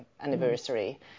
anniversary